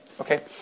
okay